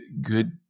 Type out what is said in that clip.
good